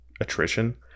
attrition